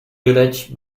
village